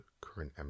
current